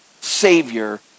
Savior